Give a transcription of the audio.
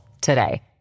today